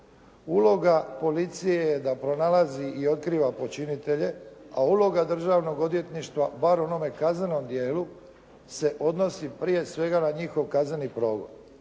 Uloga policije je da pronalazi i otkriva počinitelje, a uloga Državnog odvjetništva bar u onom kaznenom dijelu se odnosi prije svega na njihov kazneni progon.